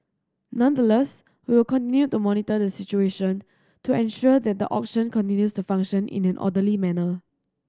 nonetheless we will continue to monitor the situation to ensure that the auction continues to function in an orderly manner